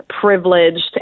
privileged